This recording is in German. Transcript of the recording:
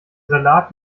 salat